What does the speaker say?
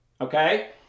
Okay